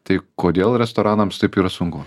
tai kodėl restoranams taip yra sunku